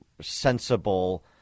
sensible